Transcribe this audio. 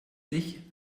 sich